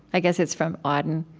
i guess it's from auden.